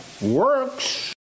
works